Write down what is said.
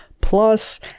plus